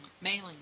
mailing